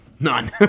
None